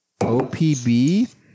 OPB